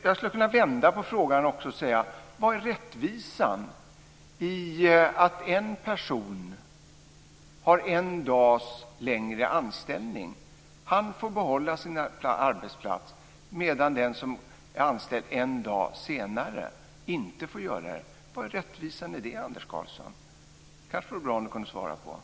Jag skulle vilja vända på frågan och säga: Vad är rättvisan i att en person som har en dags längre anställning får behålla sin arbetsplats, medan den som är anställd en dag senare inte får göra det? Vad är rättvisan i det? Det vore bra om han kunde svara på det.